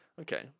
Okay